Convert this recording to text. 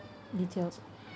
details